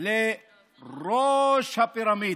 לראש הפירמידה.